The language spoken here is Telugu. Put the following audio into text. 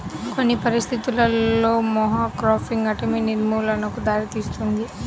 కొన్ని పరిస్థితులలో మోనోక్రాపింగ్ అటవీ నిర్మూలనకు దారితీస్తుంది